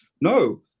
no